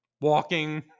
Walking